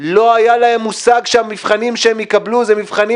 לא היה להם מושג שהמבחנים שהם יקבלו זה מבחנים